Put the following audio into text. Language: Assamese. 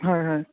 হয় হয়